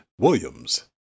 Williams